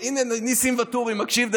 הינה, ניסים ואטורי מקשיב.